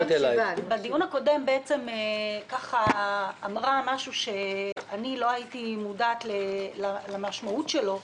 בדיון הקודם בעצם אמרה משהו שאני לא הייתי מודעת למשמעות שלו,